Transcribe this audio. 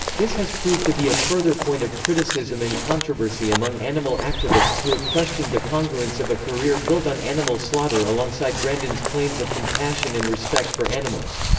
this has proved to be a further point of criticism and controversy among animal activists who have questioned the congruence of a career built on animal slaughter alongside grandin's claims of compassion and respect for animals.